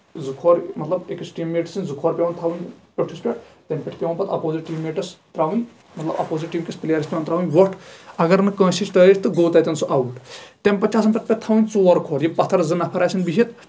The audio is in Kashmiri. زٕ کھور مطلبا أکِس ٹیٖم میٹ سٕنٛدۍ زٕ کھور پیوان تھاؤنۍ پیوٚٹھُس پٮ۪ٹھ تَمہِ پٮ۪ٹھ چھُ پیوان پتہٕ اَپوزِٹ ٹیٖم میٹس تراؤنۍ مطلب اَپوزِٹ ٹیٖم کِس پلیرَس چھِ پیوان تراؤنۍ وۄٹھ اَگر نہٕ کٲنسہِ ہیٚچ ترایِتھ تہٕ گۄو تَتٮ۪ن سُہ اَوُٹ تَمہِ پَتہٕ چھُ تَتھ آسان تَتھ پٮ۪ٹھ تھاوُن ژور کھور ییٚلہِ پَتھر زٕ نفر آسن بہتھ